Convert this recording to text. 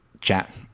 chat